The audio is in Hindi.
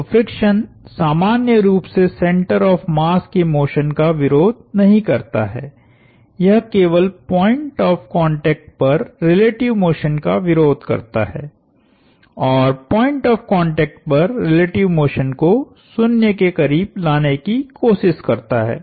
तो फ्रिक्शन सामान्य रूप से सेंटर ऑफ़ मास के मोशन का विरोध नहीं करता है यह केवल पॉइंट ऑफ़ कांटेक्ट पर रिलेटिव मोशन का विरोध करता है और पॉइंट ऑफ़ कांटेक्ट पर रिलेटिव मोशन को 0 के करीब लाने की कोशिश करता है